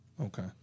Okay